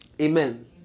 Amen